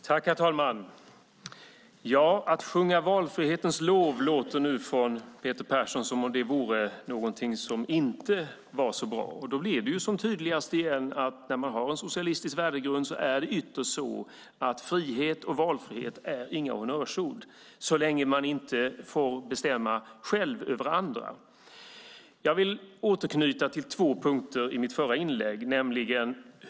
Herr talman! Att sjunga valfrihetens lov låter nu från Peter Persson som om det inte vore så bra. Då blir det återigen tydligt att när man har en socialistisk värdegrund är det ytterst så att frihet och valfrihet inte är några honnörsord - så länge man inte själv får bestämma över andra. Jag vill återknyta till två punkter i mitt förra inlägg.